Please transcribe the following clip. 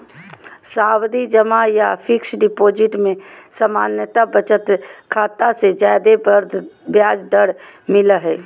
सावधि जमा या फिक्स्ड डिपाजिट में सामान्य बचत खाता से ज्यादे ब्याज दर मिलय हय